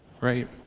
right